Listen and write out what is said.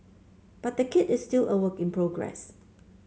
but the kit is still a work in progress